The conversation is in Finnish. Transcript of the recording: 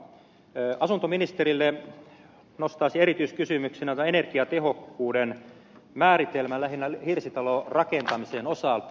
asuntoministerille nostaisin erityiskysymyksenä tämän energiatehokkuuden määritelmän lähinnä hirsitalorakentamisen osalta